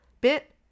bit